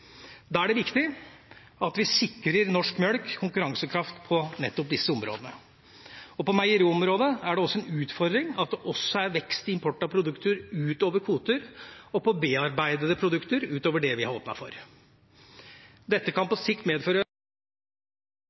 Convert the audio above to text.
Da er det viktig at vi sikrer norsk melk konkurransekraft på nettopp disse områdene. På meieriområdet er det også en utfordring at det også er vekst i import av produkter utover kvotene og av bearbeidede produkter utover det vi har åpnet for. Dette kan på sikt medføre